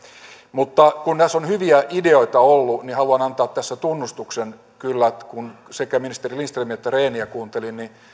mutta kun näissä on hyviä ideoita ollut niin haluan antaa tässä tunnustuksen kyllä kun sekä ministeri lindströmiä että rehniä kuuntelin että